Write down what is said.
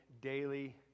daily